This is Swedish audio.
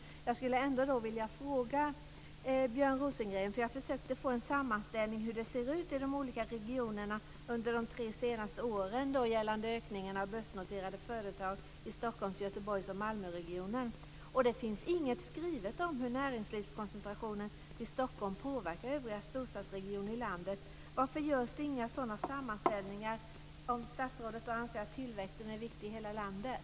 Jag har försökt att få en sammanställning av hur det ser ut under de tre senaste åren när det gäller ökningen av börsnoterade företag i Stockholms-, Göteborgs och Malmöregionen. Det finns inget skrivet om hur näringslivskoncentrationen till Stockholm påverkar övriga storstadsregioner i landet. Varför görs det inga sådana sammanställningar? Statsrådet anser ju att tillväxten är viktig i hela landet.